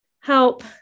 help